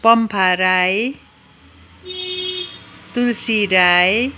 Pampha Rai Tulsi Rai